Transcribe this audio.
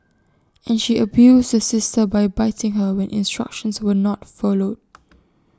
and she abused the sister by biting her when instructions were not followed